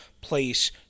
place